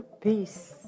Peace